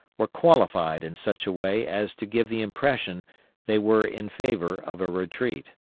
were qualified in such a way as to give the impression they were in favor of a retreat.